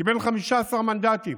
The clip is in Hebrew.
קיבל 15 מנדטים.